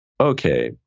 okay